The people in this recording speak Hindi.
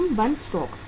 कम बंद स्टॉक